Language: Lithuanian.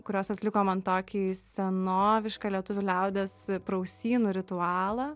kurios atliko man tokį senovišką lietuvių liaudies prausynų ritualą